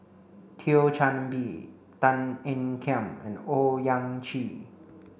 Thio Chan Bee Tan Ean Kiam and Owyang Chi